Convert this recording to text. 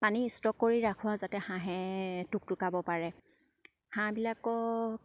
পানী ষ্ট'ক কৰি ৰাখোৱা যাতে হাঁহে টুক টুকাব পাৰে হাঁহবিলাকো